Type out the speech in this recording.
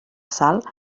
sal